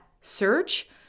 search